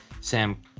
Sam